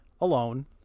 alone